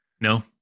no